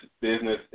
business